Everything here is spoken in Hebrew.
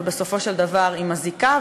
ובסופו של דבר היא מזיקה,